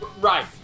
right